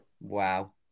Wow